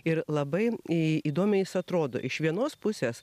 ir labai įdomiai jis atrodo iš vienos pusės